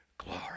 glory